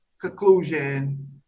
conclusion